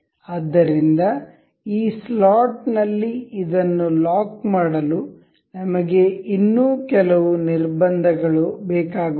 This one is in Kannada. ಆದ್ದರಿಂದ ಈ ಸ್ಲಾಟ್ ನಲ್ಲಿ ಇದನ್ನು ಲಾಕ್ ಮಾಡಲು ನಮಗೆ ಇನ್ನೂ ಕೆಲವು ನಿರ್ಬಂಧಗಳು ಬೇಕಾಗುತ್ತವೆ